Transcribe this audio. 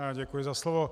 Já děkuji za slovo.